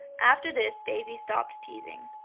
after this daisy stopped teasing.